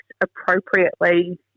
appropriately